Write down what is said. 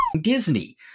Disney